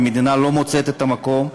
והמדינה לא מוצאת את המקום,